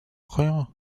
rien